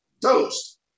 toast